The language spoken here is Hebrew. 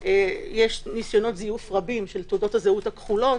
שיש ניסיונות זיוף רבים של תעודות הזהות הכחולות.